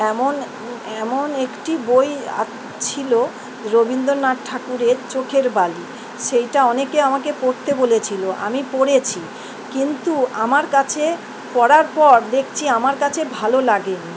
এমন এমন একটি বই আ ছিল রবীন্দ্রনাথ ঠাকুরের চোখের বালি সেইটা অনেকে আমাকে পড়তে বলেছিল আমি পড়েছি কিন্তু আমার কাছে পড়ার পর দেখছি আমার কাছে ভালো লাগেনি